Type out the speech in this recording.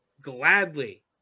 Gladly